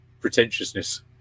pretentiousness